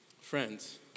Friends